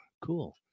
cool